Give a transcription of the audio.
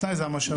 התנאי זה המשאבים.